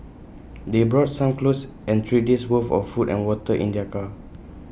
they brought some clothes and three days' worth of food and water in their car